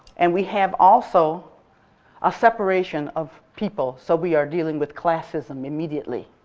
and we have also a separation of people, so we are dealing with classism immediately.